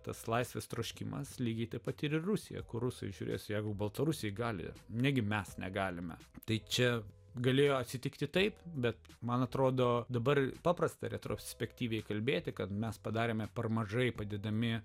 tas laisvės troškimas lygiai ta pati rusija kur rusai žiūrės jeigu baltarusiai gali negi mes negalime tai čia galėjo atsitikti taip bet man atrodo dabar paprasta retrospektyviai kalbėti kad mes padarėme per mažai padedami